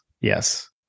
Yes